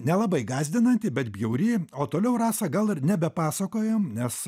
nelabai gąsdinanti bet bjauri o toliau rasa gal ir nebepasakojam nes